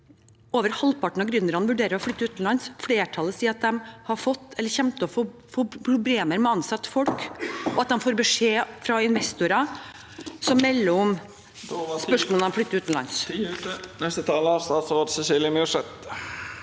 over halvparten av gründerne vurderer å flytte utenlands. Flertallet sier at de har fått eller kommer til å få problemer med å ansette folk, og at de får beskjed fra investorer som melder om hvordan man flytter utenlands.